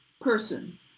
person